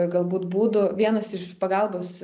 galbūt būdų vienas iš pagalbos